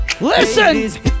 Listen